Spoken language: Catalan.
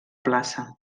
plaça